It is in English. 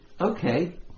okay